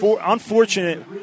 Unfortunate